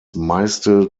meiste